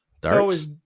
Darts